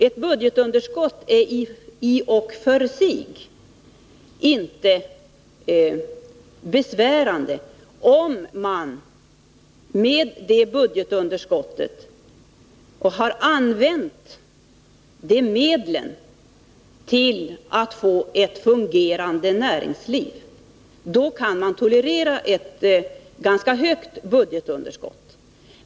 Ett budgetunderskott är inte besvärande i och för sig, om man har använt de medel som erhållits med hjälp av budgetunderskottet till att få ett fungerande näringsliv. Då kan man tolerera ett ganska stort budgetunderskott.